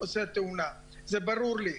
זה ברור לי,